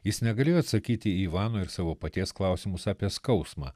jis negalėjo atsakyti į ivano ir savo paties klausimus apie skausmą